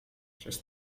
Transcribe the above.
przez